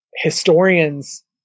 historians